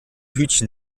hütchen